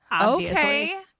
okay